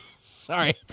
sorry